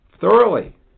thoroughly